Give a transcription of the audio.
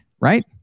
right